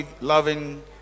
loving